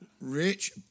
Rich